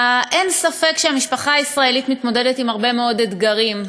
אין ספק שהמשפחה הישראלית מתמודדת עם הרבה מאוד אתגרים,